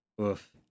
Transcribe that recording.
Oof